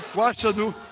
wa ashhadu